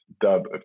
dub